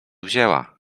wzięła